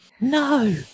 No